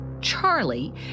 Charlie